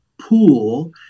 pool